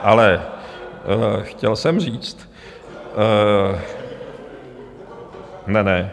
Ale chtěl jsem říct... ne, ne.